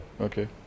Okay